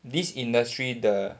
this industry 的